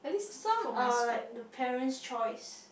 some are like the parent's choice